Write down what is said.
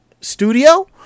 studio